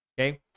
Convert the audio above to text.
Okay